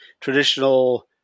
traditional